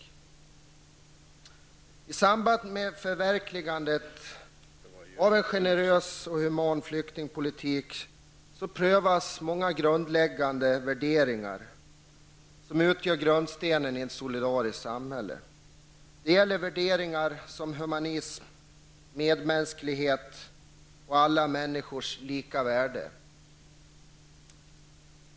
I samband med förverkligandet av en generös och human flyktingpolitik prövas en rad grundläggande värderingar som utgör grundstenar i ett solidariskt samhälle. Det gäller värderingar som humanism, medmänsklighet och alla människors lika värde.